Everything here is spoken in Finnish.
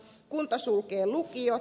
kunta sulkee lukiot